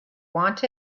want